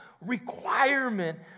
requirement